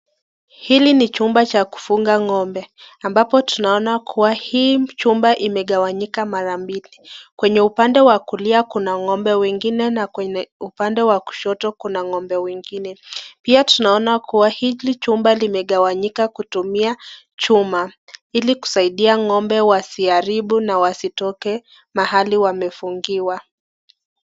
Hiki ni chumba cha kufunga ng'ombe, ambapo tunaona kuwa hiki chumba imegawanyika mara mbili. Kwenye upande wa kulia kuna ng'ombe wengine na upande wa kushoto kuna ng'ombe wengine. Pia tunaona kuwa hiki chumba limegawanika kutumia chuma. Hili kusaidia ng'ombe wasiaribu na wasitoke mahali wamefungiwa.